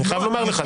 אני חייב לומר לך,